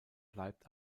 bleibt